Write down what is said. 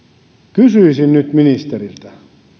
kysyisin nyt ministeriltä